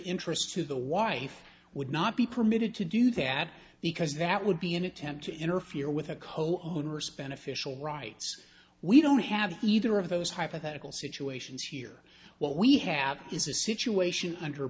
interest to the wife would not be permitted to do that because that would be an attempt to interfere with a co op to nurse beneficial rights we don't have either of those hypothetical situations here what we have is a situation under